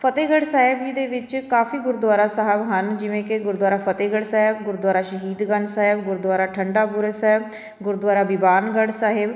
ਫਤਿਹਗੜ੍ਹ ਸਾਹਿਬ ਜੀ ਦੇ ਵਿੱਚ ਕਾਫੀ ਗੁਰਦੁਆਰਾ ਸਾਹਿਬ ਹਨ ਜਿਵੇਂ ਕਿ ਗੁਰਦੁਆਰਾ ਫਤਿਹਗੜ੍ਹ ਸਾਹਿਬ ਗੁਰਦੁਆਰਾ ਸ਼ਹੀਦਗੰਜ ਸਾਹਿਬ ਗੁਰਦੁਆਰਾ ਠੰਡਾ ਬੁਰਜ ਸਾਹਿਬ ਗੁਰਦੁਆਰਾ ਬੀਬਾਨਗੜ੍ਹ ਸਾਹਿਬ